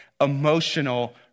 emotional